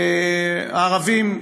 והערבים,